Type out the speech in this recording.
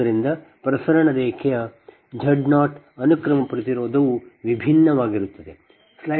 ಆದ್ದರಿಂದ ಪ್ರಸರಣ ರೇಖೆಯ Z 0 ಅನುಕ್ರಮ ಪ್ರತಿರೋಧವು ವಿಭಿನ್ನವಾಗಿರುತ್ತದೆ